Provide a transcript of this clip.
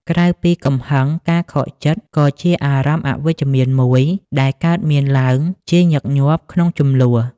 ក្រៅពីកំហឹង ការខកចិត្ត ក៏ជាអារម្មណ៍អវិជ្ជមានមួយដែលកើតមានឡើងជាញឹកញាប់ក្នុងជម្លោះ។